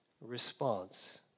response